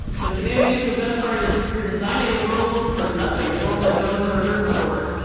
because in animation the best part is you're designing a world from nothing, a world that no one's ever heard before.